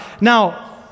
Now